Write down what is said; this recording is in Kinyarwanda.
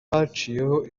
haciyeho